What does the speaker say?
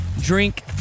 drink